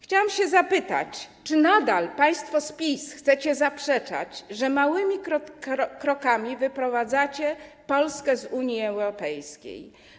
Chciałam zapytać, czy nadal państwo z PiS chcecie zaprzeczać, że małymi krokami wyprowadzacie Polskę z Unii Europejskiej?